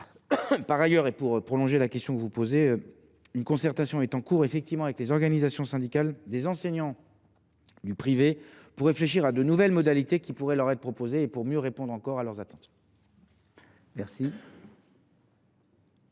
Par ailleurs et pour prolonger la question que vous posez, une concertation est en cours avec les organisations syndicales des enseignants du privé pour réfléchir aux mobilités nouvelles qui pourraient leur être proposées afin de mieux répondre à leurs attentes. La